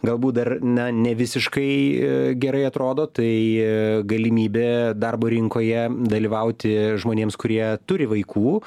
galbūt dar na ne visiškai gerai atrodo tai galimybė darbo rinkoje dalyvauti žmonėms kurie turi vaikų